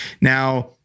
Now